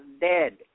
dead